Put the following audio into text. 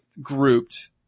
grouped